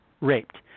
raped